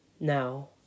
Now